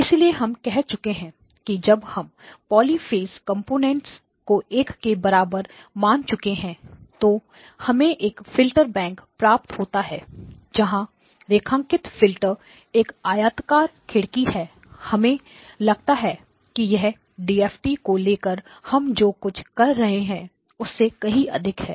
इसलिए हम कह चुके हैं कि जब हम पॉलिफेज कंपोनेंट्स को एक 1 के बराबर मान चुके हैं तो हमें एक फिल्टर बैंक प्राप्त होता है जहां रेखांकित फिल्टर एक आयताकार खिड़की है हमें लगता है कि यह डीएफटी DFT को लेकर हम जो कुछ कर रहे हैं उससे कहीं अधिक है